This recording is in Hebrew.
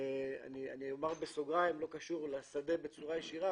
אומר בסוגריים לא קשור לשדה בצורה ישירה